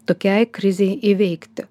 tokiai krizei įveikti